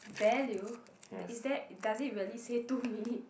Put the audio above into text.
value is that does it really say two minute